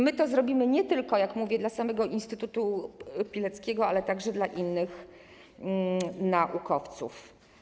My to zrobimy nie tylko, jak powiedziałam, dla samego Instytutu Pileckiego, ale także dla innych naukowców.